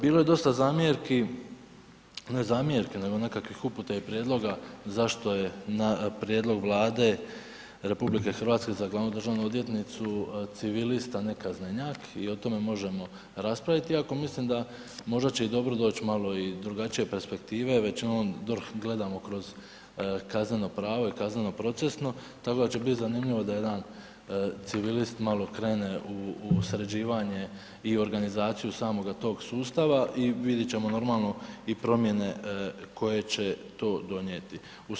Bilo je dosta zamjerki, ne zamjerki nego nekakvih uputa i prijedloga zašto je na prijedlog Vlade RH za glavnu državnu odvjetnicu civilista a ne kaznenjak, i o tome možemo raspraviti iako mislim da možda će dobro doć malo i drugačije perspektive, većinom DORH gledamo kroz kazneno pravo i kazneno procesno, tako da će bit zanimljivo da jedan civilist malo krene u sređivanje i organizaciju samoga toga sustava i vidjet ćemo normalno, i promjene koje će to donijeti.